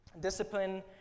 Discipline